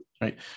right